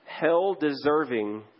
hell-deserving